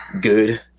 good